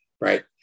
right